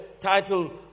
title